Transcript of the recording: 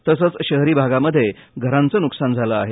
तसंच शहरी भागामध्ये घरांचे नुकसान झाले आहे